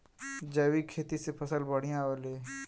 जैविक खेती से फसल बढ़िया होले